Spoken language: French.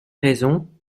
raisons